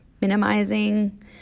minimizing